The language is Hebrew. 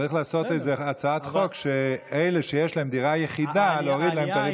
צריך להציע הצעת חוק שלפיה יש להוריד את הריבית